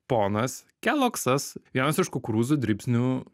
ponas kellogsas vienas iš kukurūzų dribsnių